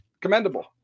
commendable